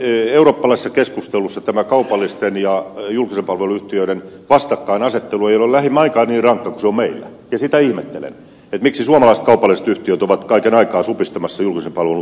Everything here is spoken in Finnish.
todellakaan eurooppalaisessa keskustelussa tämä kaupallisten ja julkisen palvelun yhtiöiden vastakkainasettelu ei ole lähimainkaan niin rankka kuin se on meillä ja sitä ihmettelen miksi suomalaiset kaupalliset yhtiöt ovat kaiken aikaa supistamassa julkisen palvelun tehtävää